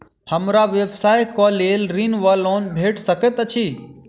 हमरा व्यवसाय कऽ लेल ऋण वा लोन भेट सकैत अछि?